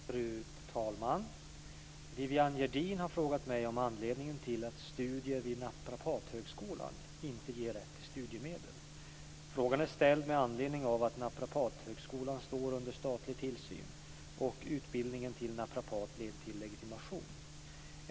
Fru talman! Viviann Gerdin har frågat mig om anledningen till att studier vid Naprapathögskolan inte ger rätt till studiemedel. Frågan är ställd med anledning av att Naprapathögskolan står under statlig tillsyn och utbildningen till naprapat leder till legitimation.